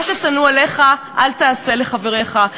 הוא אמר: מה ששנוא עליך אל תעשה לחבריך.